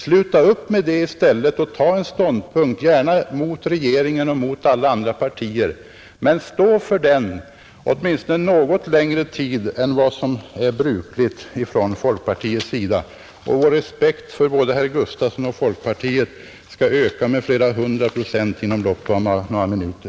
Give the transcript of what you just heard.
Sluta upp med det och ta i stället en ståndpunkt, gärna mot regeringen och alla andra partier! Men stå för den ståndpunkten. Respekten för både herr Gustafson och folkpartiet skulle öka om så skedde,